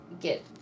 get